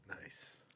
Nice